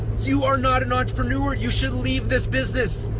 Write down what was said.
you are not an entrepreneur. you should leave this business.